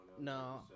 No